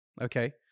okay